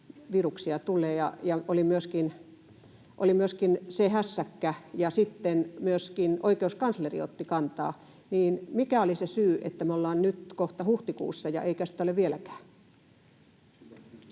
viruksia tulee, ja oli myöskin se hässäkkä ja sitten myöskin oikeuskansleri otti kantaa? Mikä oli se syy, että me ollaan nyt kohta huhtikuussa eikä sitä ole vieläkään?